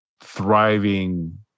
thriving